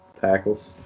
Tackles